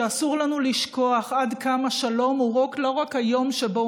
ואסור לנו לשכוח עד כמה שלום הוא לא רק היום שבו